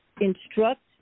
instruct